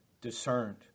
discerned